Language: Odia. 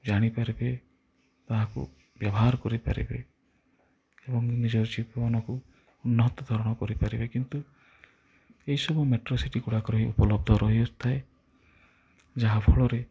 ଜାଣିପାରିବେ ତାହାକୁ ବ୍ୟବହାର କରିପାରିବେ ଏବଂ ନିଜ ଜୀବନକୁ ଉନ୍ନତ ଧରଣ କରିପାରିବେ କିନ୍ତୁ ଏହି ସବୁ ମେଟ୍ରୋ ସିଟି ଗୁଡ଼ାକରେ ଉପଲବ୍ଧ ରହିଆସୁଥାଏ ଯାହାଫଳରେ